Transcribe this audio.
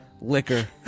liquor